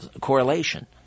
correlation